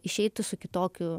išeitų su kitokiu